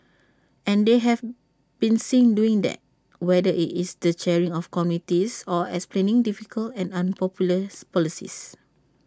and they have been seen doing that whether IT is the chairing of committees or explaining difficult and unpopular policies